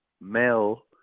male